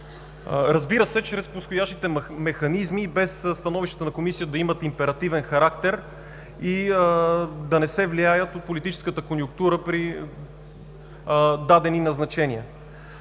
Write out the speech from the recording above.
Разбира се, чрез подходящите механизми и без становищата на Комисията да имат императивен характер и да не се влияят от политическата конюнктура при дадени назначения.